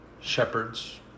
shepherds